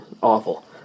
Awful